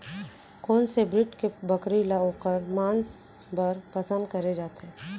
कोन से ब्रीड के बकरी ला ओखर माँस बर पसंद करे जाथे?